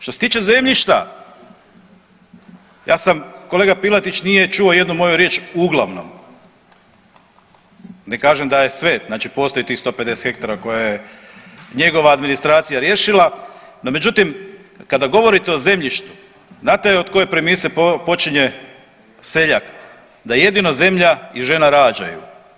Što se tiče zemljišta, ja sam kolega Piletić nije čuo jednu moju riječ uglavnom, ne kažem da je sve, dakle postoje tih 150 hektara koje je njegova administracija riješila, no međutim kada govorite o zemljištu, znate od koje premise počinje seljak, da jedino zemlja i žena rađaju.